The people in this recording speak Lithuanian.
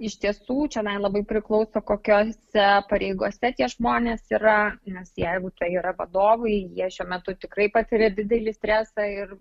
iš tiesų čionai labai priklauso kokiose pareigose tie žmonės yra nes jeigu tai yra vadovai jie šiuo metu tikrai patiria didelį stresą ir